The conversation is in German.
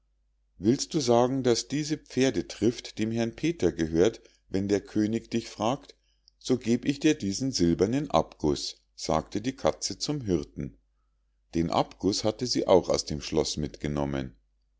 willst du sagen daß diese pferdetrift dem herrn peter gehört wenn der könig dich fragt so geb ich dir diesen silbernen abguß sagte die katze zum hirten den abguß hatte sie auch aus dem schloß mitgenommen